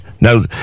Now